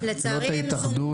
לא את ההתאחדות.